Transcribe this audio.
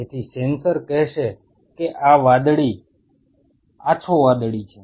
તેથી સેન્સર કહેશે કે આ વાદળી આછો વાદળી છે